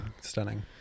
Stunning